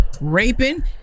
raping